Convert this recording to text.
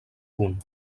punt